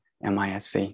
MISC